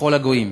ככל הגויים.